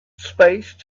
space